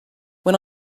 when